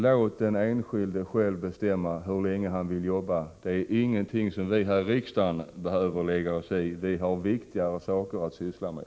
Låt den enskilde själv bestämma hur länge han vill jobba. Det är ingenting som vi här i riksdagen behöver lägga oss i. Vi har viktigare saker att syssla med.